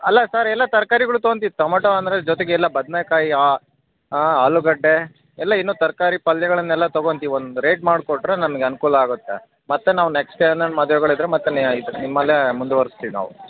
ಅಲ್ಲ ಸರ್ ಎಲ್ಲ ತರ್ಕಾರಿಗಳು ತೊಗೋಂತೀವಿ ಟಮಟೋ ಅಂದರೆ ಜೊತೆಗೆ ಎಲ್ಲ ಬದ್ನೆಕಾಯಿ ಆಲೂಗಡ್ಡೆ ಎಲ್ಲ ಇನ್ನೂ ತರಕಾರಿ ಪಲ್ಲೆಗಳನ್ನೆಲ್ಲ ತೊಗೊಂತೀವಿ ಒಂದು ರೇಟ್ ಮಾಡಿ ಕೊಟ್ಟರೆ ನಮ್ಗೆ ಅನುಕೂಲ ಆಗುತ್ತೆ ಮತ್ತು ನಾವು ನೆಕ್ಸ್ಟ್ ಏನಾರ ಮದುವೆಗಳಿದ್ರೆ ಮತ್ತೆ ನಿ ಇದು ನಿಮ್ಮಲ್ಲೇ ಮುಂದುವರ್ಸ್ತೀವಿ ನಾವು